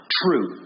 true